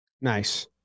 Nice